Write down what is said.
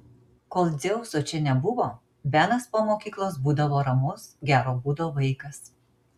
kol dzeuso čia nebuvo benas po mokyklos būdavo ramus gero būdo vaikas